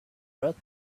breath